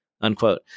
Unquote